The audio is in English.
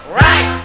right